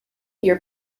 your